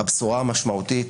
הבשורה המשמעותית